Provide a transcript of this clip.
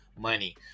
money